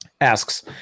asks